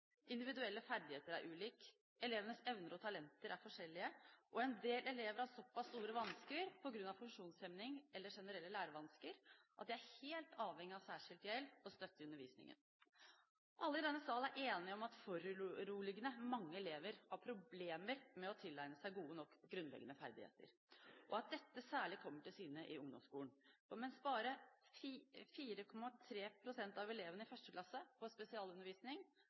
Individuelle ferdigheter er ulike. Elevenes evner og talenter er forskjellige. Og en del elever har såpass store vansker på grunn av funksjonshemning eller generelle lærevansker at de er helt avhengig av særskilt hjelp og støtte i undervisningen. Alle i denne sal er enige om at foruroligende mange elever har problemer med å tilegne seg gode nok grunnleggende ferdigheter, og at dette særlig kommer til syne i ungdomsskolen. Mens bare 4,3 pst. av elevene i 1. klasse får spesialundervisning,